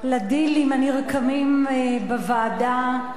לדילים הנרקמים בוועדה.